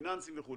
פיננסים וכו',